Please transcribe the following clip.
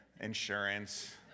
insurance